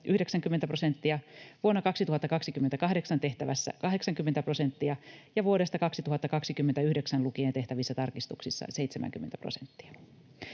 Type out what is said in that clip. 90 prosenttia, vuonna 2028 tehtävässä 80 prosenttia ja vuodesta 2029 lukien tehtävissä tarkistuksissa 70 prosenttia.